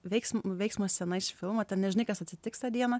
veiksmo veiksmo scena iš filmo ten nežinai kas atsitiks tą dieną